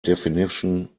definition